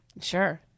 sure